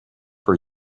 for